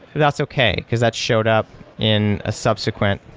that's okay, because that showed up in a subsequent,